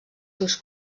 seus